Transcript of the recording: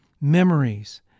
memories